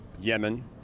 Yemen